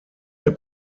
der